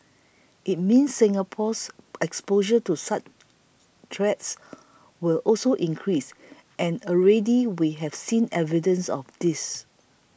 it means Singapore's exposure to such threats will also increase and already we have seen evidence of this